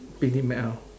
picnic mat ah